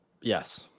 Yes